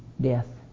death